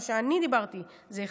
מה שאני אמרתי זה,